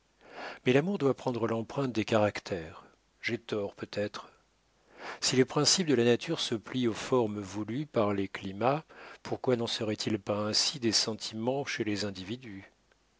mais l'amour doit prendre l'empreinte des caractères j'ai tort peut-être si les principes de la nature se plient aux formes voulues par les climats pourquoi n'en serait-il pas ainsi des sentiments chez les individus